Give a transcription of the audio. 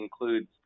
includes